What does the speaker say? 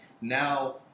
now